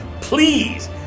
please